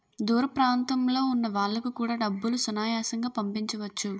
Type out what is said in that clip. దూర ప్రాంతంలో ఉన్న వాళ్లకు కూడా డబ్బులు సునాయాసంగా పంపించవచ్చు